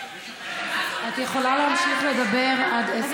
את יכולה להמשיך לדבר עד עשר